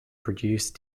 produce